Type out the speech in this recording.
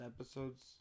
episodes